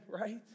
right